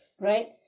right